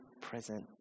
present